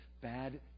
bad